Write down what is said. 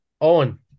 Owen